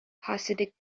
hasidic